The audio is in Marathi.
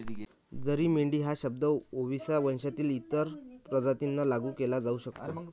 जरी मेंढी हा शब्द ओविसा वंशातील इतर प्रजातींना लागू केला जाऊ शकतो